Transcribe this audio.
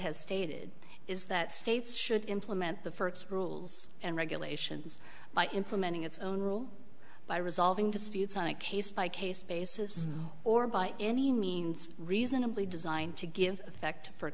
has stated is that states should implement the first rules and regulations by implementing its own rule by resolving disputes on a case by case basis or by any means reasonably designed to give effect for